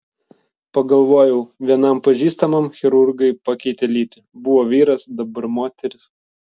pagalvojau vienam pažįstamam chirurgai pakeitė lytį buvo vyras dabar moteris